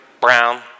brown